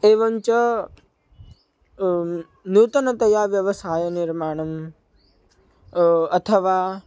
एवञ्च नूतनतया व्यवसायनिर्माणम् अथवा